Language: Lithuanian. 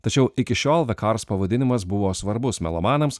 tačiau iki šiol the cars pavadinimas buvo svarbus melomanams